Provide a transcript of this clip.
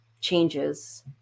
changes